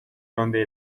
yönde